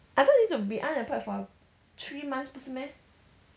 I thought you need to be unemployed for three months 不是 meh